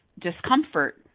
discomfort